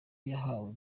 yahawe